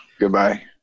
Goodbye